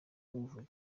kubivuga